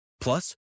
Plus